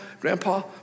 Grandpa